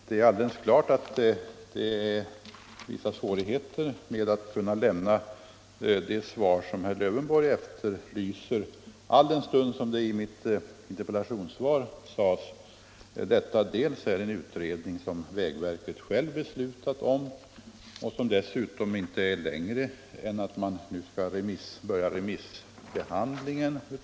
Herr talman! Det är vissa svårigheter att lämna det svar som herr Lövenborg efterlyser alldenstund det, som jag sade i mitt interpellationssvar, har pågått en utredning som vägverket självt beslutat om och som dessutom inte har kommit längre än att man skall påbörja remissbehandlingen.